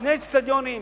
שני איצטדיונים,